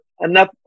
enough